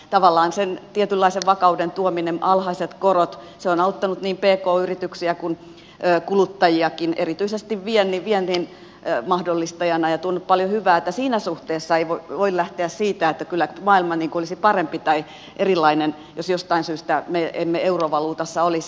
tavallaan sen tietynlaisen vakauden tuominen alhaiset korot on auttanut niin pk yrityksiä kuin kuluttajiakin erityisesti viennin mahdollistajana ja tuonut paljon hyvää niin että siinä suhteessa ei voi lähteä siitä että kyllä maailma olisi parempi tai erilainen jos jostain syystä me emme eurovaluutassa olisi